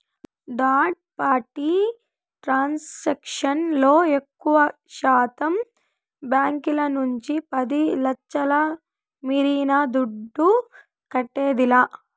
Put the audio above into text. third party transaction లో ఎక్కువశాతం బాంకీల నుంచి పది లచ్ఛల మీరిన దుడ్డు కట్టేదిలా